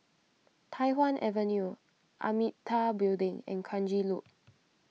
Tai Hwan Avenue Amitabha Building and Kranji Loop